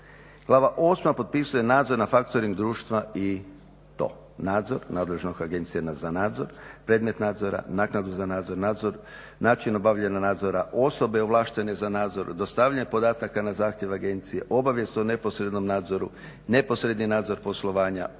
Glava VIII. potpisuje nadzor nad factoring društva i to nadzor nadležne agencije za nadzor, predmet nadzora, naknadu za nadzor, nadzor, način obavljanja nadzora, osobe ovlaštene za nadzor, dostavljanje podataka na zahtjev agencije, obavijest o neposrednom nadzoru, neposredni nadzor poslovanja,